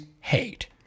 hate